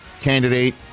candidate